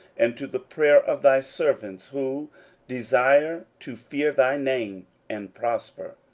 and to the prayer of thy servants, who desire to fear thy name and prosper,